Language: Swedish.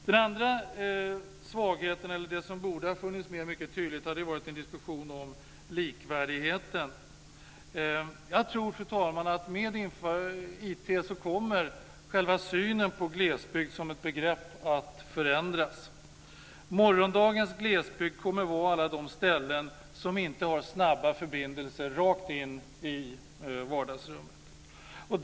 Den andra svagheten är att det saknas en diskussion om likvärdigheten. Det borde ha funnits med mycket tydligt. Jag tror, fru talman, att själva synen på glesbygd som ett begrepp kommer att förändras med IT. Morgondagens glesbygd kommer att vara alla de ställen som inte har snabba förbindelser rakt in i vardagsrummen.